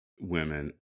women